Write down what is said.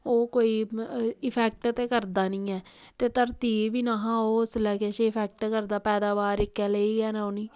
ओह् कोई इफैक्ट ते करदा नेई ऐ ते धरती गी बी नीहां इफैक्ट करदा पैदावार इक्कै लेई गै रौह्नी